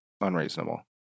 unreasonable